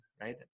right